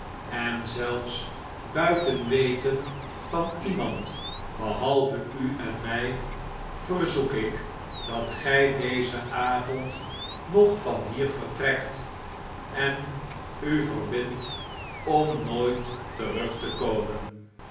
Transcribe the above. en zelfs buiten weten van iemand behalve u en mij verzoek ik dat gij dezen avond nog van hier vertrekt en u verbindt om nooit terug tekomen